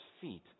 feet